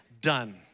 done